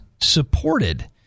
supported